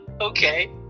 okay